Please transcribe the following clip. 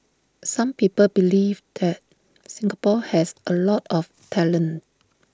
some people believe that Singapore has A lot of talent